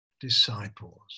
disciples